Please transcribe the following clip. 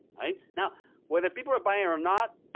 i mean now whether people are buying or not,